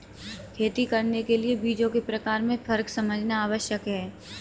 खेती करने के लिए बीजों के प्रकार में फर्क समझना आवश्यक है